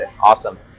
awesome